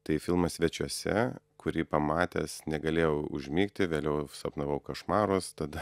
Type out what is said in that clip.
tai filmas svečiuose kurį pamatęs negalėjau užmigti vėliau sapnavau košmarus tada